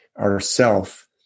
ourself